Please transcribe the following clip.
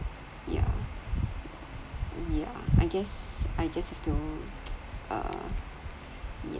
yeah yeah I guess I just have to uh yeah